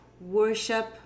worship